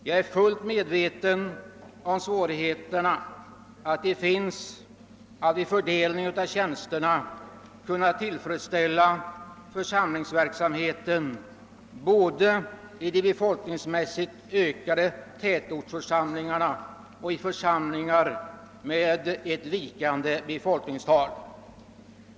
Jag är fullt medveten om hur svårt det är att vid fördelningen av tjänsterna kunna tillfredsställa församlingsverksamheten i både de befolkningsmässigt ökande tätortsförsamlingarna och i församlingar med ett vikande befolkningstal.